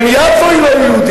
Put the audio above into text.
גם יפו היא לא יהודית.